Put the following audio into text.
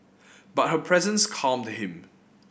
but her presence calmed him